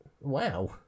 Wow